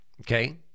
Okay